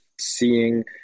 seeing